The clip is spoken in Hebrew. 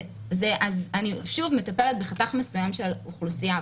אז אני שוב, אני מטפלת בחתך מסוים של אוכלוסייה.